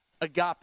agape